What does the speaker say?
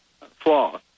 flaws